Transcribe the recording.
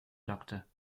doctor